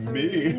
me!